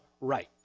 right